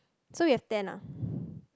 so you have ten ah